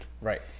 Right